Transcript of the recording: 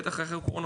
בטח אחרי הקורונה,